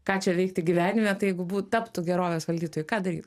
ką čia veikti gyvenime tai jeigu bū taptų gerovės valdytoju ką daryt